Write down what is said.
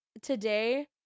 today